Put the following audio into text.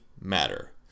matter